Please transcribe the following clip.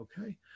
Okay